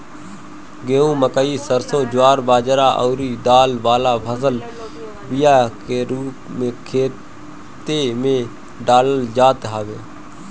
गेंहू, मकई, सरसों, ज्वार बजरा अउरी दाल वाला फसल बिया के रूप में खेते में डालल जात हवे